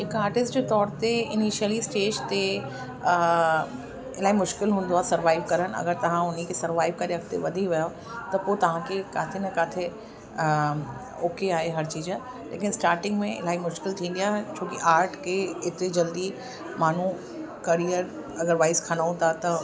हिकु आर्टिस्ट जे तौर ते इनिशियली स्टेज ते इलाही मुश्किलु हूंदो आहे सर्वाइव करणु अगरि तव्हां उन खे सर्वाइव करे अॻिते वधी विया आहियो त पोइ तव्हांखे काथे न काथे ओके आहे हर चीज़ लेकिन स्टार्टिंग में इलाही मुश्किलु थींदी आहे छोकी आर्ट खे एतिरी जल्दी माण्हू करियर अगरि वाइस खणूं था त